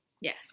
Yes